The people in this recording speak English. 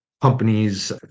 companies